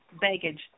baggage